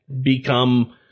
become